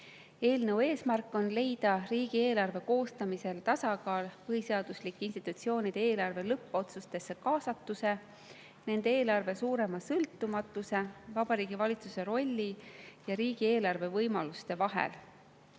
Eelnõu eesmärk on leida riigieelarve koostamisel tasakaal põhiseaduslike institutsioonide eelarve lõppotsustesse kaasatuse, nende eelarve suurema sõltumatuse, Vabariigi Valitsuse rolli ja riigieelarve võimaluste vahel.